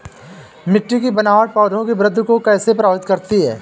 मिट्टी की बनावट पौधों की वृद्धि को कैसे प्रभावित करती है?